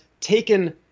taken